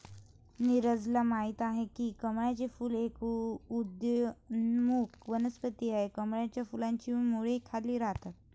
नीरजल माहित आहे की कमळाचे फूल एक उदयोन्मुख वनस्पती आहे, कमळाच्या फुलाची मुळे खाली राहतात